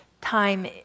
time